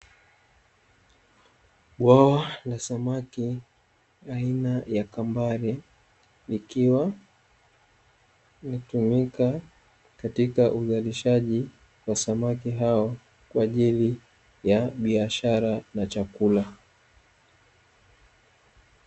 Bwawa la samaki aina ya kambare likiwa linatumika katika uzalishaji wa samaki hao kwa ajili ya biashara na chakula.